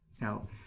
Now